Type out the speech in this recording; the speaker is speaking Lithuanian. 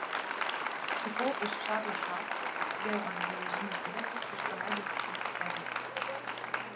čiupau iš čarlio šautuvą pasidėjau ant geležinio turėklo ir paleidau šūvių seriją